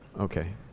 Okay